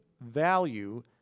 value